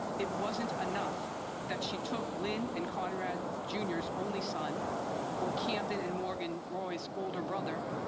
it wasn't enough that she took lynn and conrad junior's only son or camden and morgan roy's older brother,